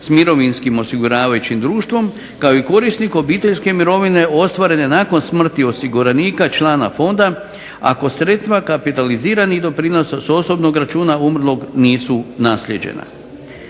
s mirovinskim osiguravajućim društvom kao i korisnik obiteljske mirovine ostvarene nakon smrti osiguranika, člana fonda ako sredstva kapitaliziranih doprinosa s osobnog računa umrlog nisu naslijeđena.